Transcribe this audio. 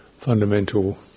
fundamental